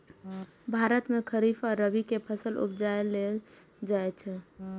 भारत मे खरीफ आ रबी के फसल उपजाएल जाइ छै